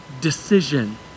decision